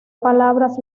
palabras